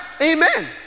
Amen